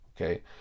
Okay